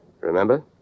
Remember